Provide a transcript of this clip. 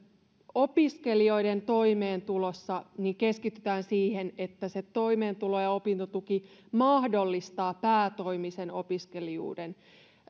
opiskelijoiden toimeentulossa keskitytään siihen että se toimeentulo ja opintotuki mahdollistavat päätoimisen opiskelijuuden